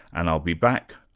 and i'll be back,